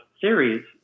series